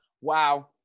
Wow